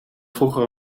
vroeger